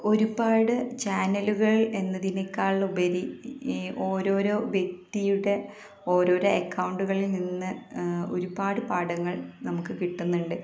ഒരുപാട് ചാനലുകൾ എന്നതിനേക്കാളുപരി ഈ ഓരോരോ വ്യക്തിയുടെ ഓരോരോ അക്കൗണ്ടുകളിൽ നിന്ന് ഒരുപാട് പാഠങ്ങൾ നമുക്ക് കിട്ടുന്നുണ്ട്